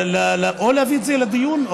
או להביא את זה לדיון.